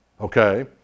okay